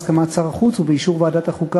בהסכמת שר החוץ ובאישור ועדת החוקה,